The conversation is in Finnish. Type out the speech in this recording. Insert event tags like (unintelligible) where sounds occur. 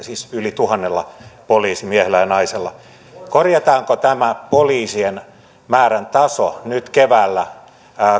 (unintelligible) siis yli tuhannella poliisimiehellä ja naisella korjataanko tämä poliisien määrän taso nyt keväällä